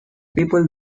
people